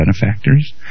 benefactors